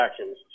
actions